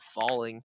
falling